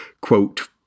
quote